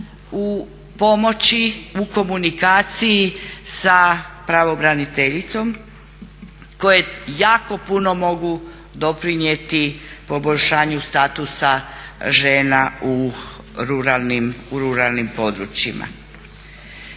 u pomoći, u komunikaciji sa pravobraniteljicom koje jako puno mogu doprinijeti poboljšanju statusa žena u ruralnim područjima.